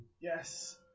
Yes